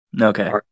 Okay